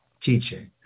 teaching